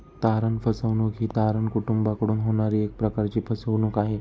तारण फसवणूक ही तारण कुटूंबाकडून होणारी एक प्रकारची फसवणूक आहे